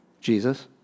Jesus